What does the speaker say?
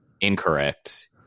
incorrect